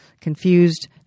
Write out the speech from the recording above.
confused